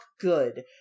good